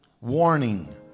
Warning